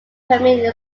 permian